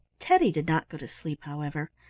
teddy did not go to sleep, however.